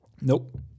Nope